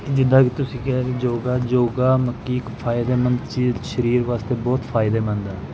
ਜਿੱਦਾਂ ਕਿ ਤੁਸੀਂ ਕਿਹਾ ਕਿ ਯੋਗਾ ਯੋਗਾ ਮਤਲਬ ਕਿ ਇੱਕ ਫ਼ਾਇਦੇਮੰਦ ਚੀਜ਼ ਸਰੀਰ ਵਾਸਤੇ ਬਹੁਤ ਫ਼ਾਇਦੇਮੰਦ ਆ